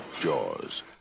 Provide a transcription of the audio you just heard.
jaws